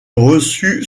reçut